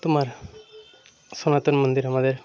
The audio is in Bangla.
তোমার সনাতন মন্দির আমাদের